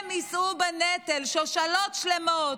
הם יישאו בנטל, שושלות שלמות,